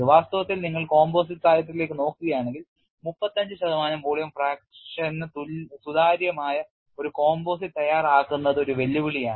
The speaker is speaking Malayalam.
വാസ്തവത്തിൽ നിങ്ങൾ composite സാഹിത്യത്തിലേക്ക് നോക്കുകയാണെങ്കിൽ 35 ശതമാനം വോളിയം fraction ന് സുതാര്യമായ ഒരു composite തയ്യാറാക്കുന്നത് ഒരു വെല്ലുവിളിയാണ്